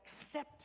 accept